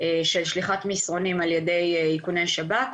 של שליחת מסרונים על ידי איכוני שב"כ,